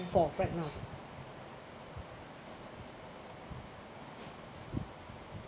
for right now